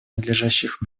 надлежащих